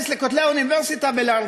אל בין כותלי האוניברסיטה ולהרצות,